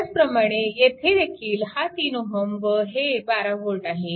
त्याचप्रमाणे येथेदेखील हा 3Ω व हे 12V आहे